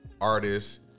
artists